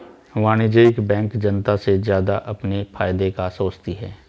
वाणिज्यिक बैंक जनता से ज्यादा अपने फायदे का सोचती है